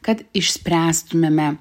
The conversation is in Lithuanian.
kad išspręstumėme